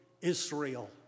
israel